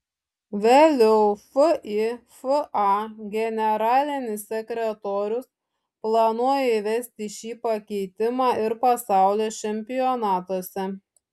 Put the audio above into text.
vėliau fifa generalinis sekretorius planuoja įvesti šį pakeitimą ir pasaulio čempionatuose